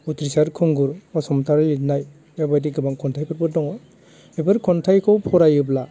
उथ्रिसार खुंगुर बसुमथारि लिरनाय जेबायदि गोबां खन्थाइफोरबो दङ बेफोर खन्थाइखौ फरायोब्ला